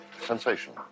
sensation